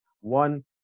one